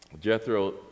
Jethro